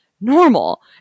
normal